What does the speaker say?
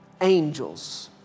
angels